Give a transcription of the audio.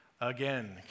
again